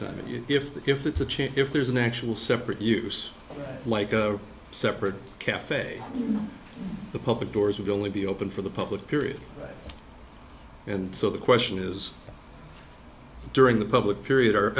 time if if it's a chair if there's an actual separate use like a separate caf the public doors will only be open for the public period and so the question is during the public period